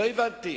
לא הבנתי.